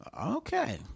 Okay